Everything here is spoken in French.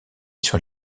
sur